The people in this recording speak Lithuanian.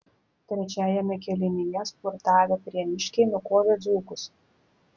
trečiajame kėlinyje spurtavę prieniškiai nukovė dzūkus